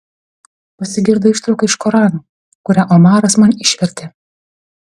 pasigirdo ištrauka iš korano kurią omaras man išvertė